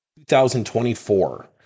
2024